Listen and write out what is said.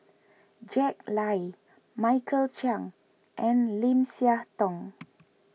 Jack Lai Michael Chiang and Lim Siah Tong